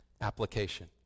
Application